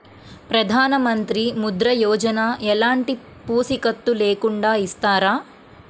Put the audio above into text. ప్రధానమంత్రి ముద్ర యోజన ఎలాంటి పూసికత్తు లేకుండా ఇస్తారా?